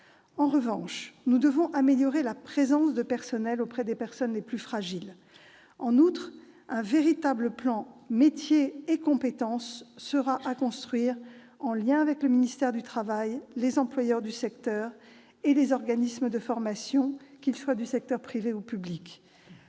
En revanche, nous devons améliorer la présence de personnel auprès des personnes les plus fragiles. En outre, un véritable plan Métiers et compétences sera à construire, en lien avec le ministère du travail, les employeurs du secteur et les organismes de formation des secteurs privé et public.